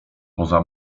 poza